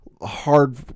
hard